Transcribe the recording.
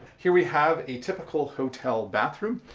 here we have a typical hotel bathroom.